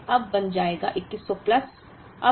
इसलिए यह अब बन जाएगा 2100 प्लस